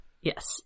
Yes